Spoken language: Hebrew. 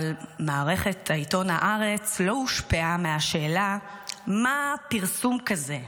אבל מערכת עיתון הארץ לא הושפעה מהשאלה מה פרסום כזה,